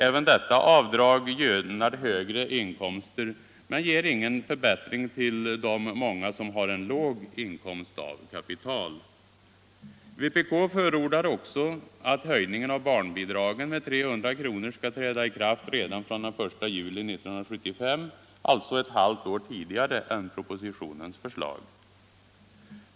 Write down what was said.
Även detta avdrag gynnar högre inkomster men ger ingen förbättring till de många som har en låg inkomst av kapital. Vpk förordar också att höjningen av barnbidragen med 300 kr. skall träda i kraft redan från den 1 juli 1975, alltså ett halvt år tidigare än propositionens förslag.